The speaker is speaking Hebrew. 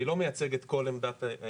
אני לא מייצג את כל עמדת הממשלה,